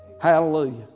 Hallelujah